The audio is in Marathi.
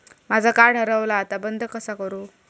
माझा कार्ड हरवला आता बंद कसा करू?